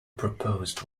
proposed